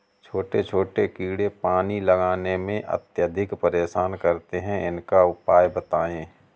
छोटे छोटे कीड़े पानी लगाने में अत्याधिक परेशान करते हैं इनका उपाय बताएं?